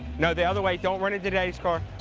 no the other way, don't run into daddy's car.